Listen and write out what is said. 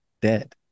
dead